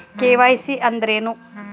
KYC ಅಂದ್ರೇನು?